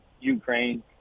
Ukraine